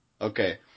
Okay